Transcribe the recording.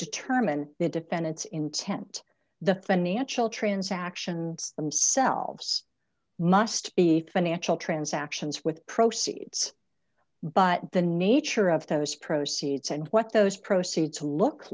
determine the defendant's intent the financial transactions themselves must be financial transactions with proceeds but the nature of those proceeds and what those proceeds look